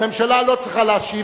הממשלה לא צריכה להשיב.